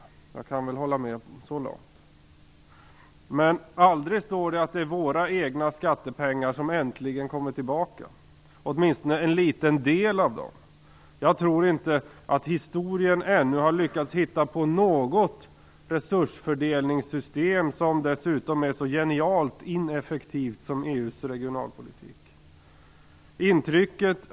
Så långt kan jag hålla med. Men aldrig står det någonting om att det är våra egna skattepengar som äntligen kommer tillbaka, åtminstone en liten del av dem. Jag tror inte att någon i historien ännu har lyckats hitta på något resursfördelningssystem som dessutom är så genialt ineffektivt som EU:s regionalpolitik.